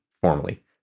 formally